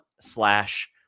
slash